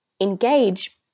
engage